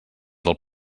del